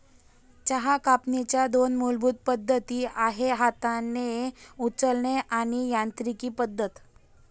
चहा कापणीच्या दोन मूलभूत पद्धती आहेत हाताने उचलणे आणि यांत्रिकी पद्धत